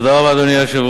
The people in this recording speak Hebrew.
אדוני היושב-ראש,